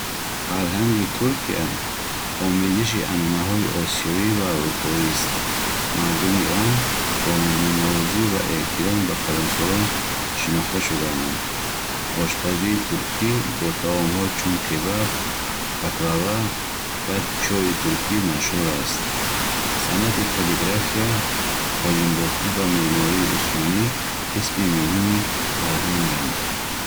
Фарҳанги Туркия омезиши анъанаҳои осиёӣ ва аврупоист. Мардуми он бо меҳмоннавозӣ ва эҳтиром ба калонсолон шинохта шудаанд. Ошпазии туркӣ бо таомҳо чун кебаб, баклава ва чойи туркӣ машҳур аст. Санъати каллиграфия, қолинбофӣ ва меъмории усмонӣ қисми муҳими фарҳанганд.